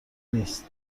نیست